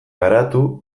garatu